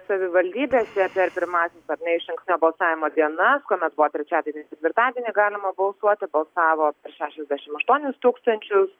savivaldybėse per pirmąsias ar ne išankstinio balsavimo dienas kuomet buvo trečiadienį ketvirtadienį galima balsuoti balsavo per šešiasdešim aštuonis tūkstančius